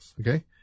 okay